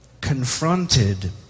confronted